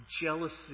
jealousy